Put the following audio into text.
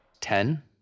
Ten